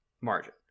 margin